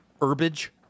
herbage